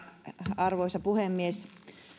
arvoisa puhemies